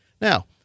Now